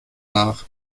nach